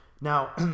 Now